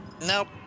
Nope